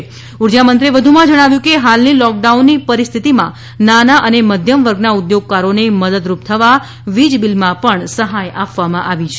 આ ઉપરાંત ઉર્જામંત્રીશ્રીએ વધુમાં જણાવ્યું હતું કે હાલની લોકડાઉનની પરિસ્થિતિમાં નાના અને મધ્યમ વર્ગના ઉદ્યોગકારોને મદદરૂપ થવા વીજબિલમાં પણ સહાય આપવામાં આવી છે